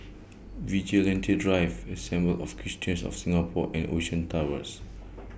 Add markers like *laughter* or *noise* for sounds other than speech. Vigilante Drive Assembly of Christians of Singapore and Ocean Towers *noise*